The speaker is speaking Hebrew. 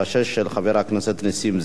של חבר הכנסת נסים זאב,